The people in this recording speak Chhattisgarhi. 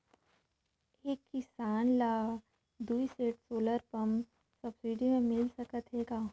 एक किसान ल दुई सेट सोलर पम्प सब्सिडी मे मिल सकत हे का?